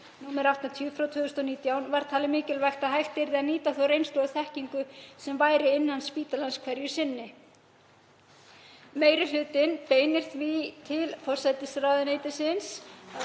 nr. 80/2019, var talið mikilvægt að hægt yrði að nýta þá reynslu og þekkingu sem væri innan spítalans hverju sinni. Meiri hlutinn beinir því til forsætisráðuneytisins